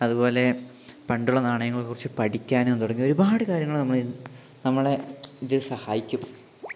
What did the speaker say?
അതുപോലെ പണ്ടുള്ള നാണയങ്ങളെക്കുറിച്ച് പഠിക്കാനും തുടങ്ങി ഒരുപാട് കാര്യങ്ങള് നമ്മള് നമ്മളെ ഇത് സഹായിക്കും